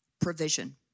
provision